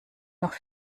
noch